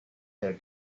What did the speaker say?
their